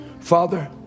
father